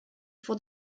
for